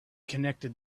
connected